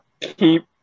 keep